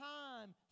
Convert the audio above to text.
time